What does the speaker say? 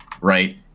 right